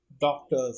doctors